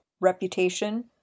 reputation